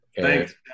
Thanks